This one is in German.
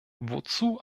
wozu